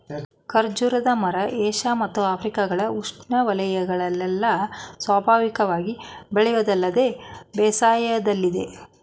ಖರ್ಜೂರದ ಮರ ಏಷ್ಯ ಮತ್ತು ಆಫ್ರಿಕಗಳ ಉಷ್ಣವಯಗಳಲ್ಲೆಲ್ಲ ಸ್ವಾಭಾವಿಕವಾಗಿ ಬೆಳೆಯೋದಲ್ಲದೆ ಬೇಸಾಯದಲ್ಲಿದೆ